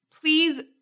Please